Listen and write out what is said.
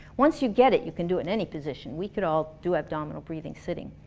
once you get it, you can do it any position, we could all do abdominal breathing sitting.